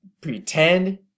pretend